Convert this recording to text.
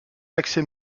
accès